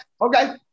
Okay